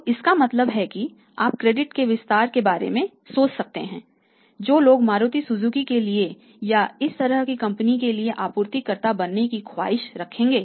तो इसका मतलब है कि आप क्रेडिट के विस्तार के बारे में सोच सकते हैं जो लोग मारुति सुजुकी के लिए या इस तरह की कंपनी के लिए आपूर्तिकर्ता बनने की ख्वाहिश रखेंगे